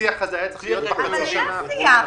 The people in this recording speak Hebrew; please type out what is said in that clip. השיח הזה היה צריך להיות בחצי השנה האחרונה.